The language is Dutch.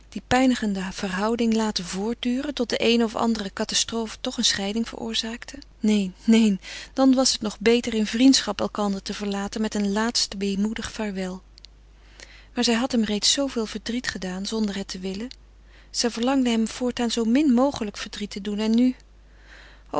die pijnigende verhouding laten voortduren tot de eene of andere catastrofe toch een scheiding veroorzaakte neen neen dan was het nog beter in vriendschap elkander te verlaten met een laatst weemoedig vaarwel maar zij had hem reeds zooveel verdriet gedaan zonder het te willen zij verlangde hem voortaan zoo min mogelijk verdriet te doen en nu